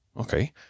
okay